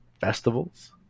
festivals